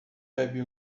bebe